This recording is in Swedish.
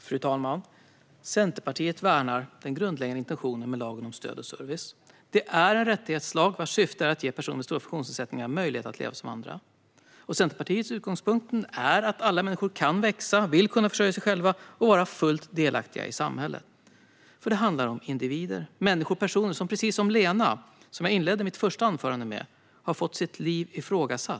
Fru talman! Centerpartiet värnar den grundläggande intentionen med lagen om stöd och service. Det är en rättighetslag vars syfte är att ge personer med stora funktionsnedsättningar möjlighet att leva som andra. Centerpartiets utgångspunkt är att alla människor kan växa, att de vill kunna försörja sig själva och de vill vara fullt delaktiga i samhällslivet. Det handlar om individer, människor och personer som, precis som Lena som jag inledde mitt första anförande med att tala om, har fått sitt liv ifrågasatt.